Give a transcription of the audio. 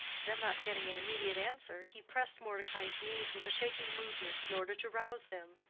then, not getting an immediate answer, he pressed mordecai's knees with a shaking movement, in order to rouse him.